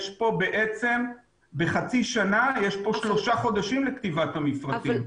יש פה בעצם בחצי שנה שלושה חודשים לכתיבת המפרטים.